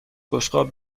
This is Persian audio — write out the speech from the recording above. بشقاب